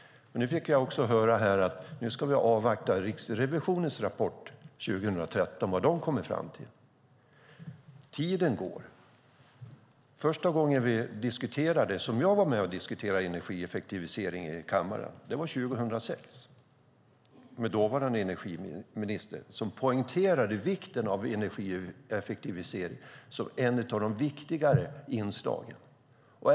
Nu fick jag höra här att vi ska avvakta Riksrevisionens rapport och vad den kommer fram till 2013. Tiden går. Första gången som jag var med och diskuterade energieffektivisering i kammaren var 2006 med dåvarande energiministern, som poängterade vikten av energieffektivisering som ett av de viktigare inslagen.